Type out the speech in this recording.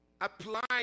apply